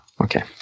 okay